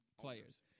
players